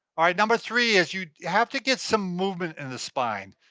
all right number three is you have to get some movement in the spine,